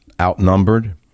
outnumbered